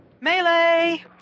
Melee